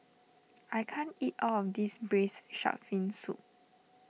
I can't eat all of this Braised Shark Fin Soup